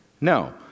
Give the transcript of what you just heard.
No